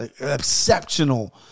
exceptional